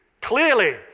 clearly